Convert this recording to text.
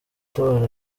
tora